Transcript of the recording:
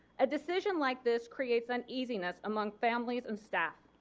a decision like this creates uneasiness among families and staff.